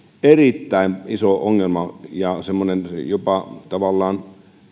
erittäin iso ongelma ja semmoinen jopa tavallaan